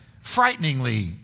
frighteningly